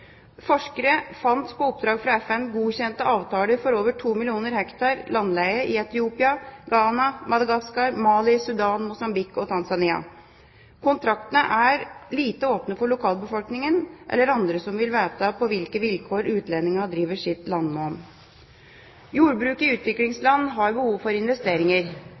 Forskere fant på oppdrag fra FN godkjente avtaler for over 2 millioner hektar landleie i Etiopia, Ghana, Madagaskar, Mali, Sudan, Mosambik og Tanzania. Kontraktene er lite åpne for lokalbefolkningen eller andre som vil vite på hvilke vilkår utlendingene driver sitt landnåm. Jordbruk i utviklingsland har behov for investeringer.